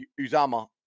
Uzama